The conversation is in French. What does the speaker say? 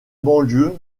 banlieue